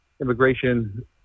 immigration